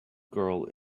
girl